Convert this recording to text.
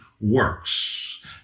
works